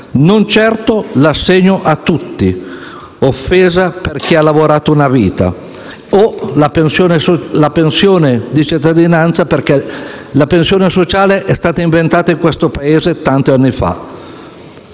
non certo l'assegno a tutti, offesa per chi ha lavorato una vita, o la pensione di cittadinanza, perché la pensione sociale è stata inventata in questo Paese tanti anni fa;